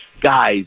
Guys